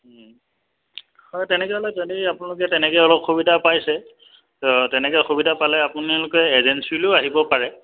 হয় তেনেকৈ হ'লে যদি আপোনালোকে তেনেকৈ অলপ সুবিধা পাইছে তেনেকৈ অসুবিধা পালে আপোনালোকে এজেঞ্চিলৈও আহিব পাৰে